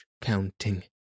counting